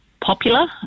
popular